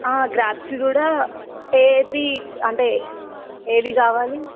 graphs కూడా ఏది అంటే ఏవి కావాలి